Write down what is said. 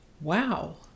wow